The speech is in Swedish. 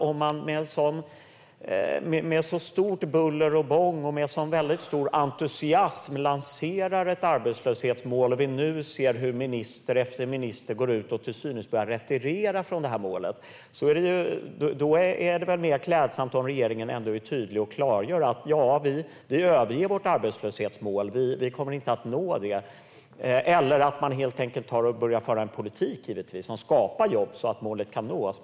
Om man med så stort buller och bång och med sådan stor entusiasm lanserar ett arbetslöshetsmål, och vi nu ser hur minister efter minister går ut och till synes börjar retirera från målet, vore det väl klädsamt om regeringen var tydlig och klargjorde: Ja, vi överger vårt arbetslöshetsmål. Vi kommer inte att nå det. Eller så kunde regeringen helt enkelt börja föra en politik som skapar jobb så att målet kan nås.